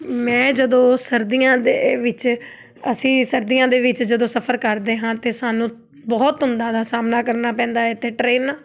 ਮੈਂ ਜਦੋਂ ਸਰਦੀਆਂ ਦੇ ਵਿੱਚ ਅਸੀਂ ਸਰਦੀਆਂ ਦੇ ਵਿੱਚ ਜਦੋਂ ਸਫ਼ਰ ਕਰਦੇ ਹਾਂ ਅਤੇ ਸਾਨੂੰ ਬਹੁਤ ਧੁੰਦਾਂ ਦਾ ਸਾਹਮਣਾ ਕਰਨਾ ਪੈਂਦਾ ਇੱਥੇ ਟ੍ਰੇਨ